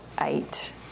eight